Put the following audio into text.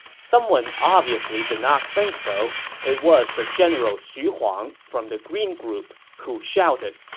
someone obviously did not think so. it was the general xu huang from the green group, who shouted,